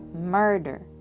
murder